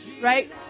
right